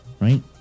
right